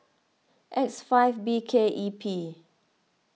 X five B K E P